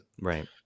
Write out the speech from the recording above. Right